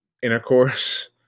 intercourse